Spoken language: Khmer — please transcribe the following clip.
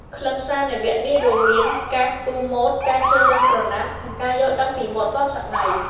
ខ្លឹមសារនៃវគ្គនេះរួមមាន ការគូរម៉ូដ ការជ្រើសរើសក្រណាត់ និងការយល់ដឹងពីម៉ូដទាន់សម័យ។